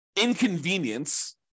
inconvenience